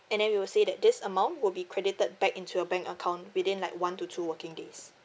and then we will say that this amount will be credited back into your bank account within like one to two working days